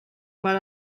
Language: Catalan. per